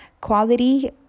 quality